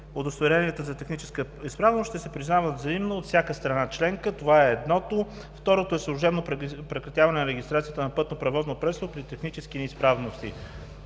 удостоверенията за техническа изправност. Те ще се признават взаимно от всяка страна членка – това е едното. Второто е служебно прекратяване на регистрацията на пътно превозно средство при технически неизправности.